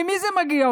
ממי היא מגיעה,